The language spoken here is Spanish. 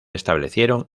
establecieron